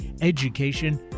education